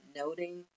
noting